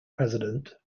president